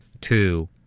Two